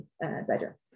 better